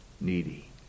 needy